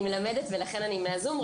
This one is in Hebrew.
אני מלמדת ולכן אני מהזום.